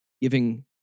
Giving